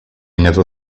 never